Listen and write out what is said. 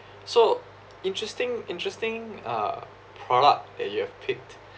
so interesting interesting uh product that you have picked